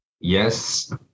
yes